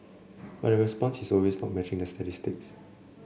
but the response is always not matching that statistic